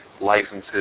licenses